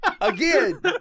Again